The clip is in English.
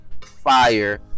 Fire